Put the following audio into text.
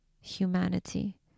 humanity